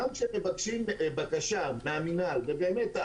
גם כשמבקשים בקשה מהמינהל ובאמת,